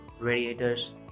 radiators